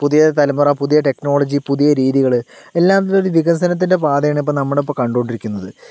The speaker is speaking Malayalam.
പുതിയ തലമുറ പുതിയ ടെക്നോളജി പുതിയ രീതികൾ എല്ലാത്തിന്നുമിപ്പോൾ വികസനത്തിൻ്റെ പാതയാണിപ്പോൾ നമ്മളിപ്പോൾ കണ്ട് കൊണ്ടിരിക്കുന്നത്